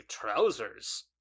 trousers